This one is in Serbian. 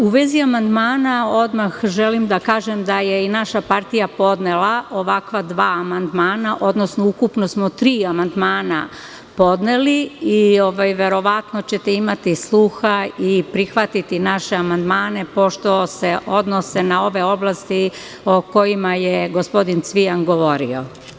U vezi amandmana odmah želim da kažem da je i naša partija podnela ovakva dva amandmana, odnosno ukupno smo tri amandmana podneli i verovatno ćete imati sluha i prihvatiti naše amandmane, pošto se odnose na ove oblasti o kojima je gospodin Cvijan govorio.